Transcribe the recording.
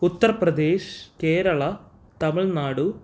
Uttar Pradesh Kerala Tamil Nadu